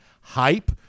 hype